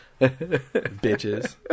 bitches